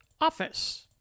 office